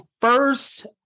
first